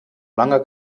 lange